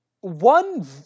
one